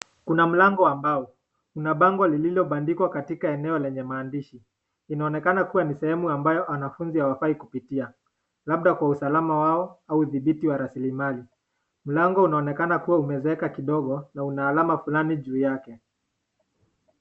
Kuna mlango wa mbao. Kuna bango lililobadikwa katika eneo lenye maadishi. Inaoneka kuwa ni sehemu ambayo wanafunzi hawafai kupitia, labda kwa usalama wao au dhibiti wa rasimali. Mlango unaonekana kuwa umezeeka kidogo na una alama fulani juu yake.